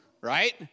right